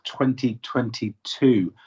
2022